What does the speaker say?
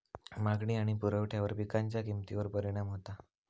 मागणी आणि पुरवठ्यावर पिकांच्या किमतीवर परिणाम होता